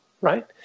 Right